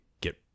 get